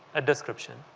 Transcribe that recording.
a description,